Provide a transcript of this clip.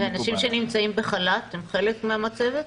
ואנשים שנמצאים בחל"ת הם חלק מהמצבת?